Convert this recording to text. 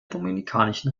dominikanischen